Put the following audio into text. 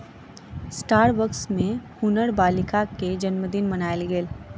Starbucks में हुनकर बालिका के जनमदिन मनायल गेल